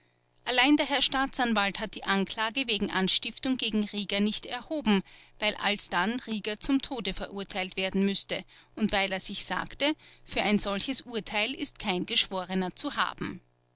allein der herr staatsanwalt hat die anklage wegen anstiftung gegen rieger nicht erhoben weil alsdann rieger zum tode verurteilt werden müßte und weil er sich sagte für ein solches urteil ist kein geschworener zu haben